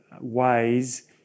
ways